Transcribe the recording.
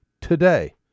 today